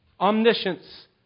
omniscience